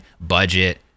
budget